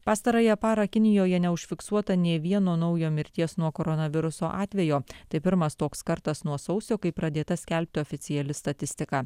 pastarąją parą kinijoje neužfiksuota nė vieno naujo mirties nuo koronaviruso atvejo tai pirmas toks kartas nuo sausio kai pradėta skelbti oficiali statistika